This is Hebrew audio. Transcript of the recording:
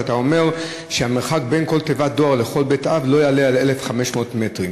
שאתה אומר שהמרחק בין תיבת דואר לכל בית אב לא יעלה על 1,500 מטרים,